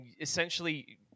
essentially